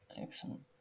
excellent